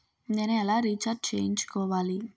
నేను ఎలా రీఛార్జ్ చేయించుకోవాలి?